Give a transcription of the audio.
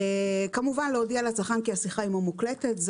כמובן להודיע לצרכן שהשיחה עמו מוקלטת,